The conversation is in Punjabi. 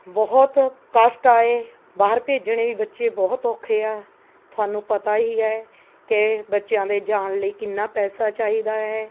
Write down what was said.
ਬਹੁਤ ਕਸ਼ਟ ਆਏ ਬਾਹਰ ਭੇਜਣੇ ਵੀ ਬੱਚੇ ਬਹੁਤ ਔਖੇ ਆ ਤੁਹਾਨੂੰ ਪਤਾ ਹੀ ਹੈ ਕਿ ਬੱਚਿਆਂ ਦੇ ਜਾਣ ਲਈ ਕਿੰਨਾ ਪੈਸਾ ਚਾਹੀਦਾ ਹੈ